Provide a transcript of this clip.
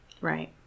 Right